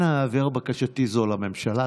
אנא העבר בקשתי זו לממשלה.